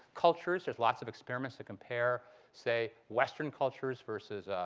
cultures, there's lots of experiments that compare say western cultures verses